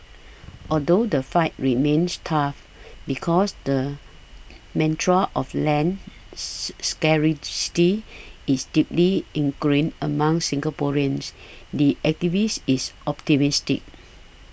although the fight remains tough because the mantra of land scarcity is deeply ingrained among Singaporeans the activist is optimistic